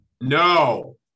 No